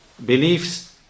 beliefs